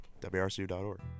wrcu.org